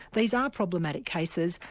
these are problematic cases,